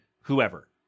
whoever